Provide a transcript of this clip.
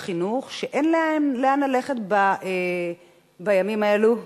החינוך שאין להם לאן ללכת בימים האלו,